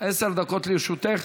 עשר דקות לרשותך.